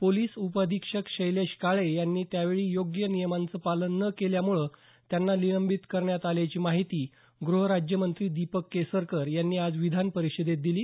police उपाधिक्षक शैलेश काळे यांनी त्यावेळी योग्य नियमांचं पालन न केल्यामुळं त्यांना निलंबित करण्यात आल्याची माहिती गृहराज्यमंत्री दीपक केसरकर यांनी आज विधान परिषदेत दिली